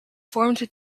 formed